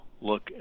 look